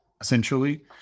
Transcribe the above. essentially